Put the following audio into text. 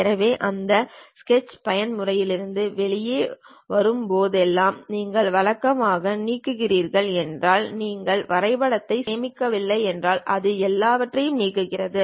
எனவே நீங்கள் ஸ்கெட்ச் பயன்முறையிலிருந்து வெளியே வரும்போதெல்லாம் நீங்கள் வழக்கமாக நீக்குகிறீர்கள் என்றால் நீங்கள் வரைபடத்தை சேமிக்கவில்லை என்றால் அது எல்லாவற்றையும் நீக்குகிறது